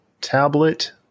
tablet